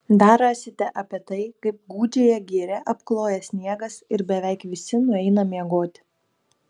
dar rasite apie tai kaip gūdžiąją girią apkloja sniegas ir beveik visi nueina miegoti